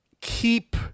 keep